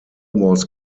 was